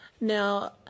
Now